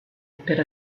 per